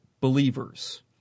believers